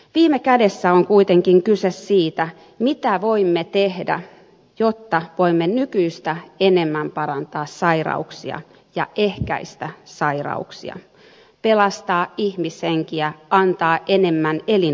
viime kädessä on kuitenkin kyse siitä mitä voimme tehdä jotta voimme nykyistä enemmän parantaa sairauksia ja ehkäistä sairauksia pelastaa ihmishenkiä antaa enemmän elinvuosia